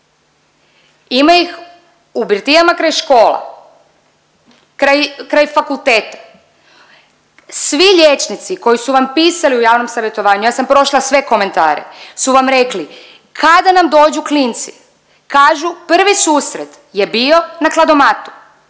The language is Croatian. ima ih u birtijama kraj škola, kraj fakulteta. Svi liječnici koji su vam pisali u javnom savjetovanju ja sam prošla sve komentare su vam rekli kada nam dođu klinci kažu prvi susret je bio na kladomatu,